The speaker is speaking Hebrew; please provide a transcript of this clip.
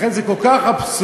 לכן זה כל כך אבסורדי,